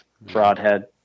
broadhead